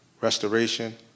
restoration